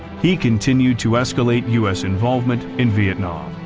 he continued to escalate us involvement in vietnam.